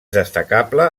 destacable